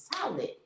solid